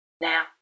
Now